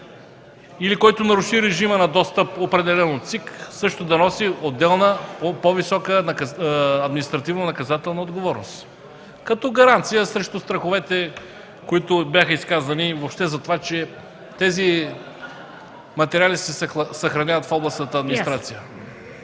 или който наруши режима на достъп, определен от ЦИК, също да носи отделна по-висока административнонаказателна отговорност – като гаранция срещу страховете, които бяха изказани, че тези материали се съхраняват в областната администрация.